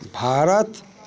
Bharat